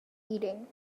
eating